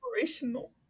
Inspirational